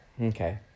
Okay